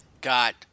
got